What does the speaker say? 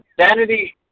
Sanity